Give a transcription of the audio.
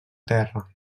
terra